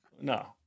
No